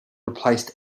replaced